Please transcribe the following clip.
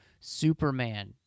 Superman